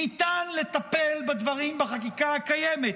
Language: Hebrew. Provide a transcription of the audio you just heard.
ניתן לטפל בדברים בחקיקה הקיימת,